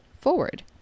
Forward